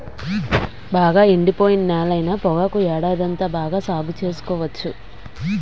బాగా ఎండిపోయిన నేలైన పొగాకు ఏడాదంతా బాగా సాగు సేసుకోవచ్చు